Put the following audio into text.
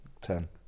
ten